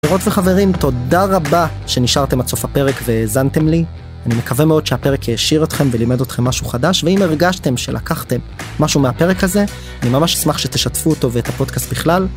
חברות וחברים, תודה רבה שנשארתם עד סוף הפרק והזנתם לי. אני מקווה מאוד שהפרק העשיר אתכם ולימד אתכם משהו חדש, ואם הרגשתם שלקחתם משהו מהפרק הזה, אני ממש אשמח שתשתפו אותו ואת הפודקאסט בכלל.